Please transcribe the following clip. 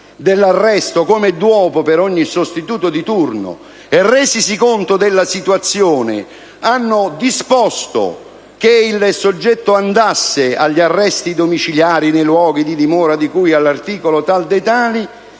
dell'arresto, come d'uopo per ogni sostituto di turno, e resisi conto della situazione hanno disposto che il soggetto andasse agli arresti domiciliari nei luoghi di dimora previsti, e quante,